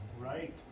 Right